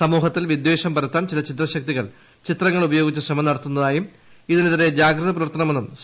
സമൂഹത്തിൽ വിദ്വോഷം പരത്താൻ ചില ചിദ്രശക്തികൾ ചിത്രങ്ങൾ ഉപയോഗിച്ച് ശ്രമം നടത്തുന്നതായും ഇതിനെതിരെ ജാഗ്രത പുലർത്തണമെന്നും സി